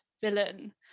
villain